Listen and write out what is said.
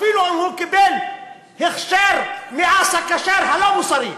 אפילו אם הוא קיבל הכשר מאסא כשר הלא-מוסרי.